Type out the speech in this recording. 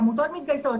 עמותות מתגייסות,